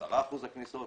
האם זה 10% של הכניסות?